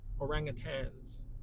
orangutans